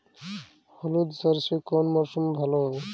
হলুদ সর্ষে কোন মরশুমে ভালো হবে?